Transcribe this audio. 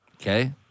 Okay